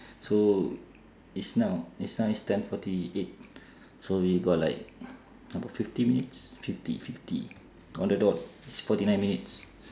so it's now it's now is ten forty eight so we got like about fifty minutes fifty fifty on the dot it's forty nine minutes